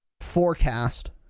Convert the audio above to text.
forecast